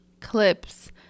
clips